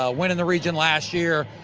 ah winning the region last year,